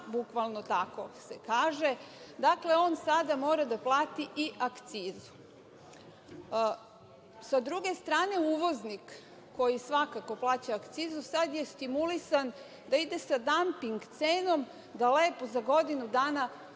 bukvalno tako se kaže. Dakle, on sada mora da plati i akcizu. Sa druge strane, uvoznik koji svakako plaća akcizu sada je stimulisan da ide da „damping“ cenom, da lepo za godinu dana